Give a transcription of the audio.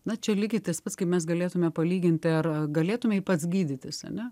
na čia lygiai tas pats kai mes galėtume palyginti ar galėtumei pats gydytis ane